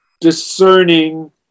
discerning